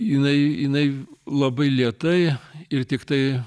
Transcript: jinai jinai labai lėtai ir tiktai